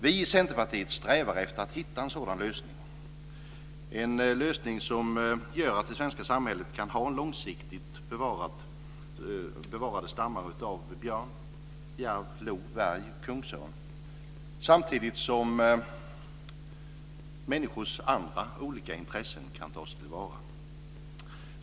Vi i Centerpartiet strävar efter att hitta en sådan lösning, en lösning som gör att det svenska samhället långsiktigt kan ha bevarade stammar av björn, järv, lo och kungsörn samtidigt som människors andra olika intressen kan tas till vara.